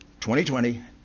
2020